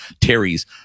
Terry's